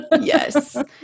Yes